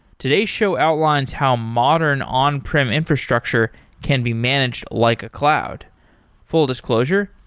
today's show outlines how modern on-prem infrastructure can be managed like a cloud full disclosure,